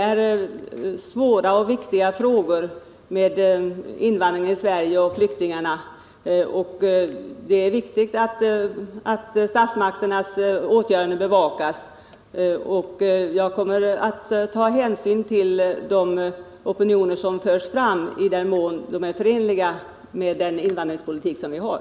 Invandraroch flyktingfrågorna i Sverige är svåra, varför det är viktigt att statsmakternas åtgärder bevakas. Jag kommer att ta hänsyn till de opinioner som kommer till uttryck i den mån de är förenliga med den invandringspolitik som vi för.